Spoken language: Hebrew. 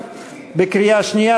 בקריאה שנייה.